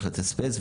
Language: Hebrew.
צריך לתת ספייס,